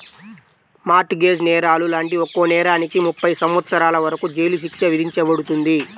mart gauge నేరాలు లాంటి ఒక్కో నేరానికి ముప్పై సంవత్సరాల వరకు జైలు శిక్ష విధించబడుతుంది